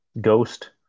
ghost